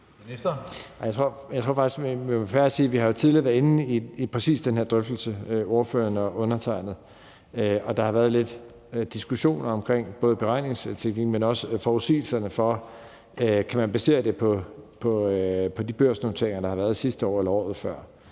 være fair og sige, at vi jo tidligere har været inde i præcis den her drøftelse, altså ordføreren og undertegnede, og der har været lidt diskussioner omkring både beregningsteknikken, men også, om man kan basere det på de børsnoteringer, der har været sidste år eller året før,